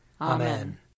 Amen